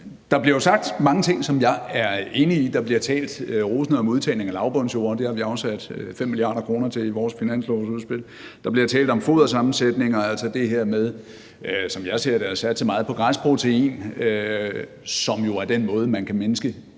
der bliver jo sagt mange ting, som jeg er enig i. Der bliver talt rosende om udtagning af lavbundsjorder – det har vi afsat 5 mia. kr. til i vores finanslovsudspil. Der bliver talt om fodersammensætning, altså det her med, sådan som jeg ser det, at satse meget på græsprotein, som jo er den måde, man kan mindske